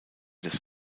des